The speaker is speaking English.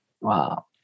Wow